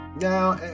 Now